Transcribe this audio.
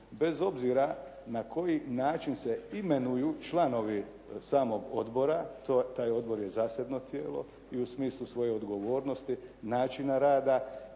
bez obzira na koji način se imenuju članovi samog odbora. Taj odbor je zasebno tijelo i u smislu svoje odgovornosti, načina rada